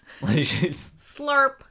Slurp